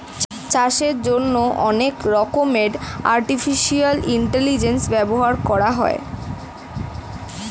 চাষের জন্যে অনেক রকমের আর্টিফিশিয়াল ইন্টেলিজেন্স ব্যবহার করা হয়